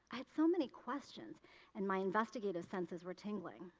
i had so many questions and my investigative senses were tingling.